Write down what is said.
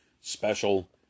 special